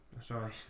sorry